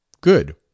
Good